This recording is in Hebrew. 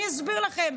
אני אסביר לכם.